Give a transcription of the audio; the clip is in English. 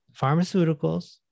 Pharmaceuticals